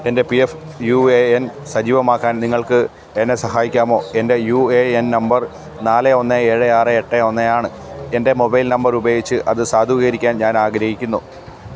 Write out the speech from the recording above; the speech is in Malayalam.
എൻ്റെ P F U A N സജീവമാക്കാൻ നിങ്ങൾക്ക് എന്നെ സഹായിക്കാമോ എൻ്റെ യു എ എൻ നമ്പർ നാല് ഒന്ന് ഏഴ് ആറ് എട്ട് ഒന്ന് ആണ് എൻ്റെ മൊബൈൽ നമ്പർ ഉപയോഗിച്ചു അത് സാധൂകരിക്കാൻ ഞാൻ ആഗ്രഹിക്കുന്നു